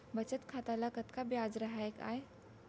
बचत खाता ल कतका ब्याज राहय आय?